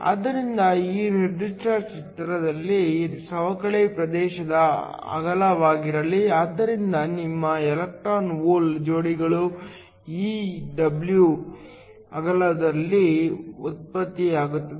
ಆದ್ದರಿಂದ ಈ ನಿರ್ದಿಷ್ಟ ಚಿತ್ರದಲ್ಲಿ ಸವಕಳಿ ಪ್ರದೇಶದ ಅಗಲವಾಗಿರಲಿ ಆದ್ದರಿಂದ ನಿಮ್ಮ ಎಲೆಕ್ಟ್ರಾನ್ ಹೋಲ್ ಜೋಡಿಗಳು ಈ W ಅಗಲದಲ್ಲಿ ಉತ್ಪತ್ತಿಯಾಗುತ್ತವೆ